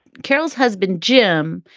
carol's husband, jim,